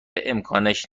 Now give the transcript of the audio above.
امکانش